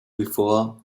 before